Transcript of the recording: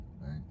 right